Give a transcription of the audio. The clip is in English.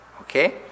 okay